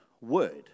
word